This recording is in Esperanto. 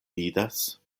vidas